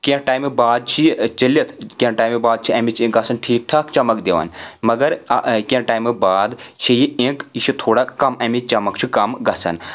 کینٛہہ ٹایمہٕ باد چھِ یہِ چٔلتھ کینٛہہ ٹایمہٕ بعد چھِ اِمچ گژھان ٹھیٖک ٹھاک چمک دِوان مگر کینٛہہ ٹایمہٕ باد چھِ یہِ اِنک یہِ چھُ تھوڑا کم امہِ چمک چھُ کم گژھان